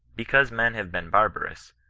because men have been barbarous,